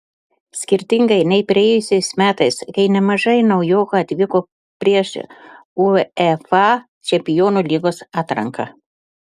skirtingai nei praėjusiais metais kai nemažai naujokų atvyko prieš uefa čempionų lygos atranką